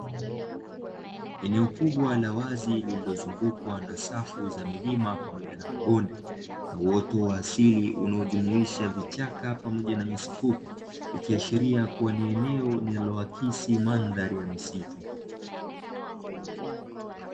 Eneo kubwa la wazi lililozungukwa na safu za milima pamoja na mabonde, na uoto wa asili unaojumuisha vichaka pamoja na nyasi fupi, ikiashiria kuwa ni eneo linaloakisi mandhari ya misitu.